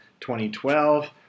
2012